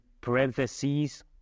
parentheses